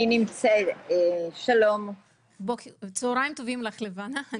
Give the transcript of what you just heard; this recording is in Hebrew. שלום לכולם, אני